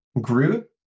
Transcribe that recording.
Groot